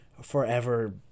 forever